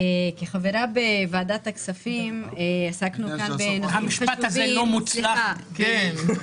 כחברה בוועדת הכספים עסקנו כאן --- המשפט הזה לא מוצלח בכלל.